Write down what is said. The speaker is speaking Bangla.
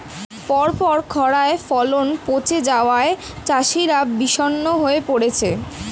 পরপর খড়ায় ফলন পচে যাওয়ায় চাষিরা বিষণ্ণ হয়ে পরেছে